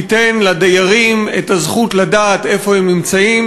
ייתן לדיירים את הזכות לדעת איפה הם נמצאים,